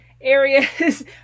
areas